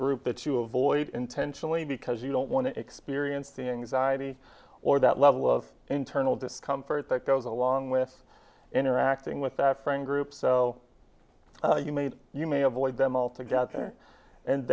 group that you avoid intentionally because you don't want to experience the anxiety or that level of internal discomfort that goes along with interacting with that friend group so you made you may avoid them altogether and